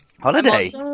Holiday